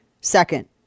second